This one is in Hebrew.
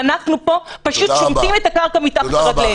אנחנו פה פשוט שומטים את הקרקע מתחת רגליהם.